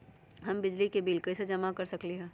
हम बिजली के बिल कईसे जमा कर सकली ह?